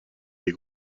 des